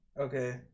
Okay